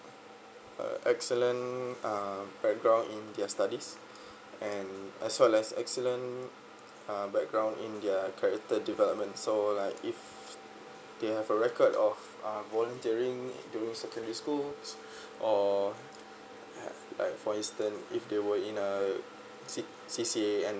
uh excellent uh background in their studies and as well as excellent uh background in their character development so like if they have a record of uh volunteering during secondary schools or have like for instance if they were in a CCA and